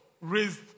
raised